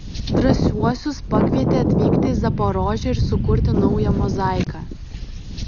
drąsiuosius pakvietė atvykti į zaporožę ir sukurti naują mozaiką